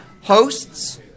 hosts